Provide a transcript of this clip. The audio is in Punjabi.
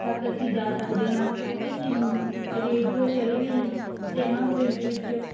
ਤੱਕ ਅਸੀਂ ਜਾ ਸਕਦੇ ਹਾਂ ਕਿਉਂਕਿ ਅਸੀਂ ਰੇਡੀਓ ਟੈਲੀਵਿਜ਼ਨ 'ਤੇ ਹਾਂ ਪ੍ਰਿੰਟ ਵਿੱਚ